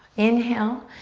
inhale,